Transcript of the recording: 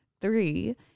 Three